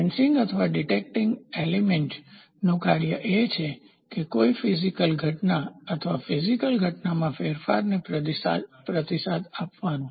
sensing અથવા detecting એલીમેન્ટતત્વનું કાર્ય એ કોઈ ફીઝીકલશારીરિક ઘટના અથવા ફીઝીકલશારીરિક ઘટનામાં ફેરફારને પ્રતિસાદ આપવાનું છે